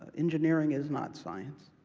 engineering is not science,